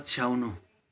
पछ्याउनु